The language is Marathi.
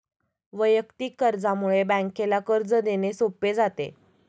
वैयक्तिक कर्जामुळे बँकेला कर्ज देणे सोपे जाते